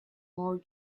more